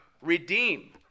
redeem